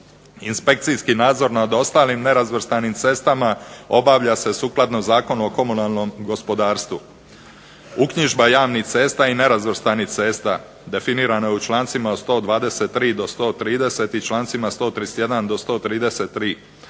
Inspekcijski nadzor nad ostalim nerazvrstanim cestama obavlja se sukladno Zakonu o komunalnom gospodarstvu. Uknjižba javnih cesta i nerazvrstanih cesta definirana je u člancima od 123. do 130. i člancima 131. do 133.